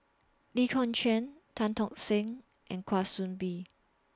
Lee Kong Chian Tan Tock Seng and Kwa Soon Bee